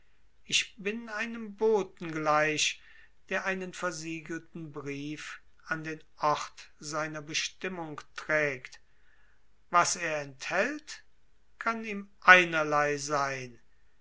ich bin einem boten gleich der einen versiegelten brief an den ort seiner bestimmung trägt was er enthält kann ihm einerlei sein